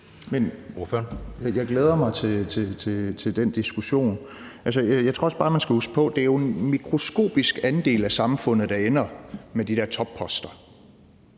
Jeg glæder mig til den diskussion. Jeg tror også bare, at man skal huske på, at det er en mikroskopisk andel af samfundet, der ender på de der topposter.